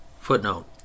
Footnote